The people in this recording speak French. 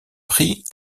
prix